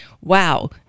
wow